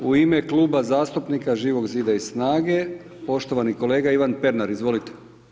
U ime Kluba zastupnika Živog Zida i SNAGA-e, poštovani kolega Ivan Pernar, izvolite.